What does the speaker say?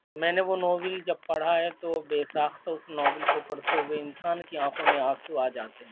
میں نے وہ ناول جب پڑھا ہے تو بے ساختہ اس ناول کو پڑھتے ہوئے انسان کی آنکھوں میں آنسو آ جاتے ہیں